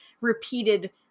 repeated